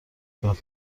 داد